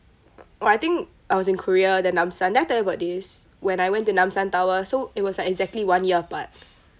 oh I think I was in korea the namsan did I tell you about this when I went to namsan tower so it was like exactly one year apart